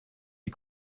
die